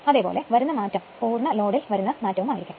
അതുപോലെ വരുന്ന മാറ്റം മുഴുവൻ ലോഡിൽ വരുന്ന മാറ്റം ആയിരിക്കും